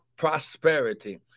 prosperity